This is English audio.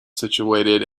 situated